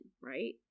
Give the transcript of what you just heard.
right